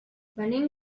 venim